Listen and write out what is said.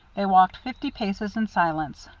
they walked fifty paces in silence.